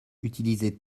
utiliser